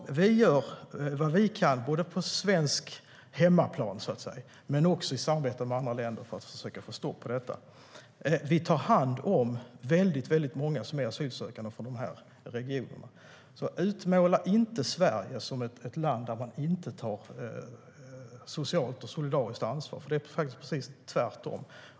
Vi gör vad vi kan på svensk hemmaplan, så att säga, men också i samarbete med andra länder för att försöka få stopp på detta. Vi tar hand om väldigt många som är asylsökande från den här regionen. Utmåla inte Sverige som ett land där man inte tar socialt och solidariskt ansvar! Det är faktiskt precis tvärtom.